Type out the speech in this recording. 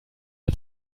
der